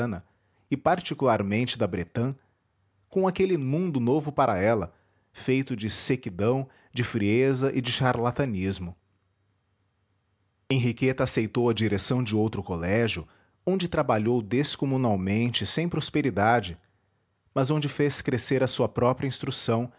e particularmente da bretã com aquele mundo novo para ela feito de sequidão de frieza e de charlatanismo henriqueta aceitou a direção de outro colégio onde trabalhou descomunalmente sem prosperidade mas onde fez crescer a sua própria instrução